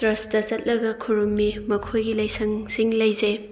ꯆꯔꯆꯇ ꯆꯠꯂꯒ ꯈꯨꯔꯨꯝꯃꯤ ꯃꯈꯣꯏꯒꯤ ꯂꯥꯏꯁꯪꯁꯤꯡ ꯂꯩꯖꯩ